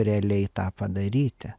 realiai tą padaryti